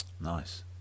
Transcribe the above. Nice